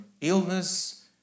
illness